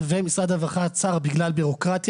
ומשרד הרווחה עצר בגלל בירוקרטיה.